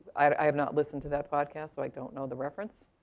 i have not listened to that podcast, so i don't know the reference.